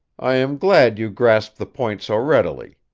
i am glad you grasp the point so readily.